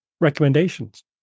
recommendations